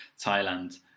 Thailand